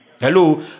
hello